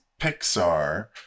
pixar